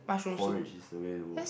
porridge is always work